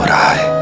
i